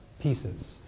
pieces